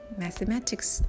,mathematics